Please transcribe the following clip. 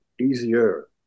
Easier